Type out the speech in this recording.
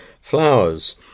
Flowers